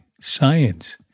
science